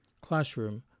classroom